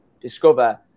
discover